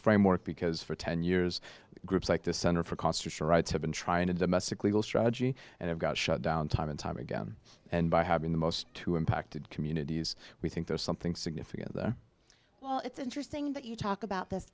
framework because for ten years groups like the center for constitutional rights have been trying to domestic legal strategy and have got shut down time and time again and by having the most to impacted communities we think there's something significant there well it's interesting that you talk about this